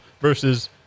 versus